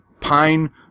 pine